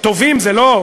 טובים זה לא,